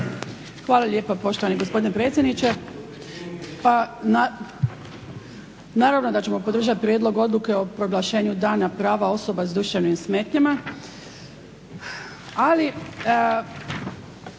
Hvala lijepa, poštovani gospodine predsjedniče. Pa naravno da ćemo podržat Prijedlog odluke o proglašenju Dana prava osoba s duševnim smetnjama,